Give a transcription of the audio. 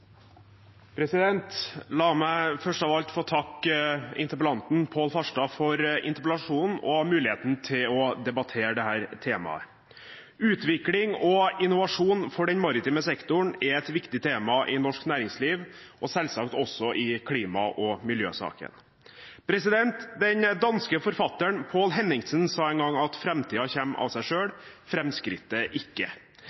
spørsmålene. La meg først av alt få takke Pål Farstad for interpellasjonen og muligheten til å debattere dette temaet. Utvikling og innovasjon for den maritime sektoren er et viktig tema i norsk næringsliv og selvsagt også i klima- og miljøsaken. Den danske forfatteren Poul Henningsen sa en gang at framtiden kommer av seg